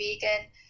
vegan